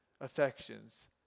affections